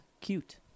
cute